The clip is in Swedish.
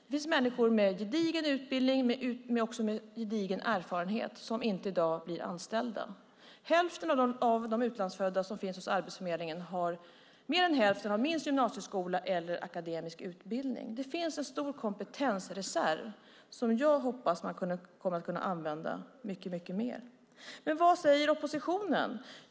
Det finns människor med gedigen utbildning men också med gedigen erfarenhet som i dag inte blir anställda. Mer än hälften av de utlandsfödda som finns hos Arbetsförmedlingen har minst gymnasieskola eller akademisk utbildning. Det finns en stor kompetensreserv som jag hoppas att man kommer att kunna använda mycket mer. Vad säger då oppositionen?